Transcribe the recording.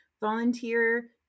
Volunteer